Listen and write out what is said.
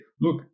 look